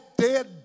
dead